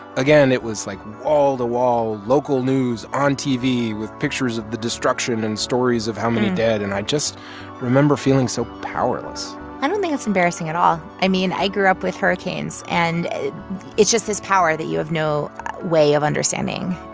again, it was, like, wall-to-wall local news on tv with pictures of the destruction and stories of how many dead. and i just remember feeling so powerless i don't think it's embarrassing at all. i mean, i grew up with hurricanes, and it's just this power that you have no way of understanding.